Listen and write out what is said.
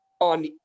on